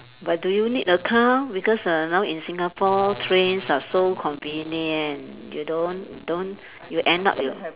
but do you need a car because err now in Singapore trains are so convenient you don't don't you end up your